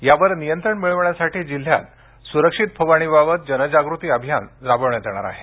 यावर नियंत्रण मिळवण्यासाठी जिल्ह्यात सुरक्षित फवारणीबाबत जनजागृती अभियान राबवण्यात येणार आहे